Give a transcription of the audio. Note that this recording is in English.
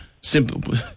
simple